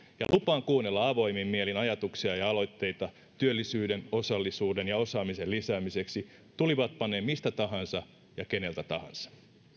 ja lupaan kuunnella avoimin mielin ajatuksia ja aloitteita työllisyyden osallisuuden ja osaamisen lisäämiseksi tulivatpa ne mistä tahansa ja keneltä tahansa